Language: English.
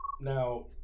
now